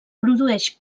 produeix